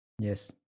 Yes